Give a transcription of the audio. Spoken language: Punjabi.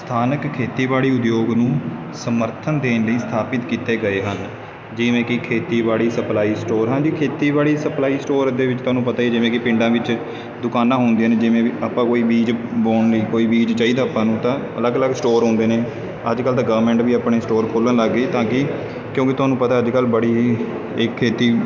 ਸਥਾਨਕ ਖੇਤੀਬਾੜੀ ਉਦਯੋਗ ਨੂੰ ਸਮਰਥਨ ਦੇਣ ਲਈ ਸਥਾਪਿਤ ਕੀਤੇ ਗਏ ਹਨ ਜਿਵੇਂ ਕਿ ਖੇਤੀਬਾੜੀ ਸਪਲਾਈ ਸਟੋਰਾਂ ਦੀ ਖੇਤੀਬਾੜੀ ਸਪਲਾਈ ਸਟੋਰ ਦੇ ਵਿੱਚ ਤੁਹਾਨੂੰ ਪਤਾ ਹੀ ਜਿਵੇਂ ਕਿ ਪਿੰਡਾਂ ਵਿੱਚ ਦੁਕਾਨਾਂ ਹੁੰਦੀਆਂ ਨੇ ਜਿਵੇਂ ਵੀ ਆਪਾਂ ਕੋਈ ਬੀਜ ਬੋਨ ਕੋਈ ਬੀਜ ਚਾਹੀਦਾ ਆਪਾਂ ਨੂੰ ਤਾਂ ਅਲੱਗ ਅਲੱਗ ਸਟੋਰ ਹੁੰਦੇ ਨੇ ਅੱਜਕੱਲ੍ਹ ਤਾਂ ਗਵਰਮੈਂਟ ਵੀ ਆਪਣੇ ਸਟੋਰ ਖੋਲ੍ਹਣ ਲੱਗ ਗਈ ਤਾਂ ਕਿ ਕਿਉਂਕਿ ਤੁਹਾਨੂੰ ਪਤਾ ਅੱਜ ਕੱਲ੍ਹ ਬੜੀ ਇਹ ਖੇਤੀ